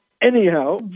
anyhow